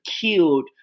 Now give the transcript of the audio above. killed